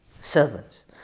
servants